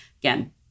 Again